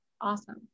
awesome